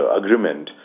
agreement